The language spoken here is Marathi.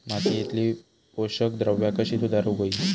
मातीयेतली पोषकद्रव्या कशी सुधारुक होई?